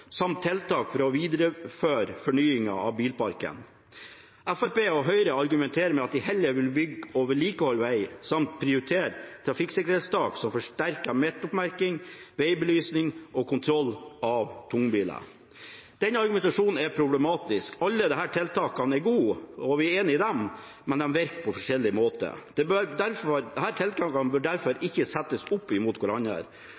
samt på tiltak for videre fornying av bilparken. Fremskrittspartiet og Høyre argumenterer med at de heller vil bygge og vedlikeholde veg samt prioritere trafikksikkerhetstiltak som forsterket midtoppmerking, vegbelysning og kontroll av tunge biler. Argumentasjonen er problematisk. Alle disse tiltakene er gode – vi er enig i dem – men de virker på forskjellig måte. Disse tiltakene bør derfor ikke settes opp mot hverandre.